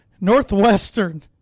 Northwestern